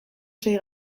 sei